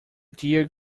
dear